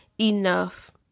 enough